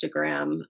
Instagram